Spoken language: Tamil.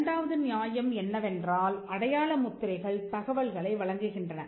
இரண்டாவது நியாயம் என்னவென்றால் அடையாள முத்திரைகள் தகவல்களை வழங்குகின்றன